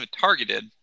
targeted